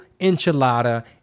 enchilada